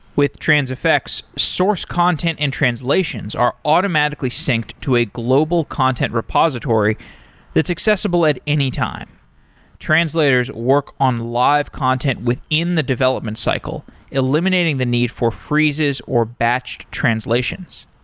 with transifex, source content and translations are automatically synced to a global content repository that's accessible at any time translators work on live content within the development cycle, eliminating the need for freezes, or batched translations.